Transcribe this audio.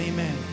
Amen